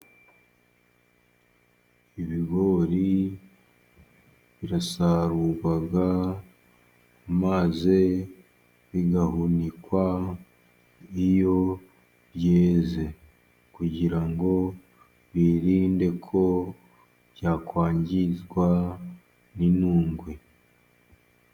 Ibigori birasarurwa, maze bigahunikwa iyo byeze, kugira ngo birinde ko byakwangizwa n'inundwe.